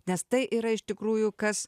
nes tai yra iš tikrųjų kas